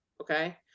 okay